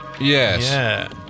Yes